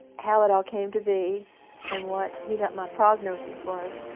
how it all came to be and what be that my prognosis was